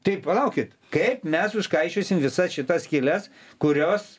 tai palaukit kaip mes užkaišiosim visas šitas skyles kurios